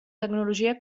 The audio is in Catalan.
tecnologia